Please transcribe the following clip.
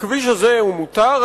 הכביש הזה הוא מותר,